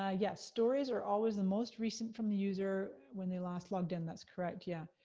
ah yes, stories are always the most recent from the user, when they last logged in, that's correct, yeah.